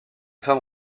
femme